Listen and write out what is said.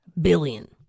billion